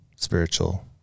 spiritual